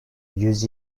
yüz